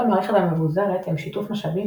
יתרונות המערכת המבוזרת הם שיתוף משאבים,